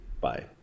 Bye